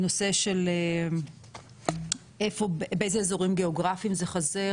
הנושא של באיזה אזורים גיאוגרפיים זה חסר?